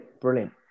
brilliant